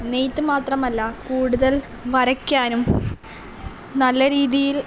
നെയ്ത്ത് മാത്രമല്ല കൂടുതൽ വരയ്ക്കാനും നല്ല രീതിയിൽ